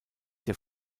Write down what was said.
der